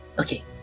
Okay